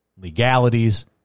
legalities